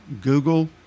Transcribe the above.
Google